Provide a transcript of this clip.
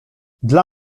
dla